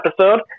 episode